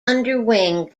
underwing